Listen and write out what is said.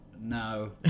no